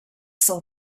saw